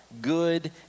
good